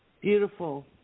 Beautiful